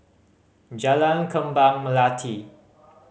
Jalan Kembang Melati